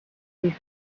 they